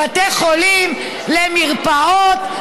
לבתי חולים, למרפאות.